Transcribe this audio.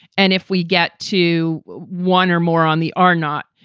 and if we get to one or more on the are not,